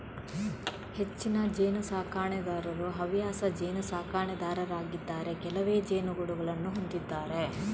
ಹೆಚ್ಚಿನ ಜೇನು ಸಾಕಣೆದಾರರು ಹವ್ಯಾಸ ಜೇನು ಸಾಕಣೆದಾರರಾಗಿದ್ದಾರೆ ಕೆಲವೇ ಜೇನುಗೂಡುಗಳನ್ನು ಹೊಂದಿದ್ದಾರೆ